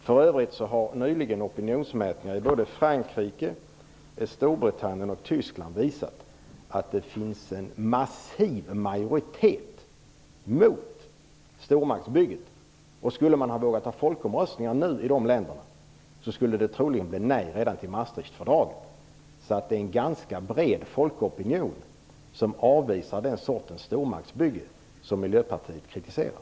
För övrigt har opinionsmätningar i Frankrike, Storbritannien och Tyskland nyligen visat att det finns en massiv majoritet mot stormaktsbygget. Skulle man vågat ha folkomröstningar i dessa länder skulle det troligen ha blivit ett nej redan till Maastrichtfördraget. Det finns en ganska bred folkopinion som avvisar den sortens stormaktsbygge som Miljöpartiet kritiserar.